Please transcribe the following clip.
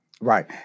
Right